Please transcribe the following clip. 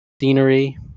scenery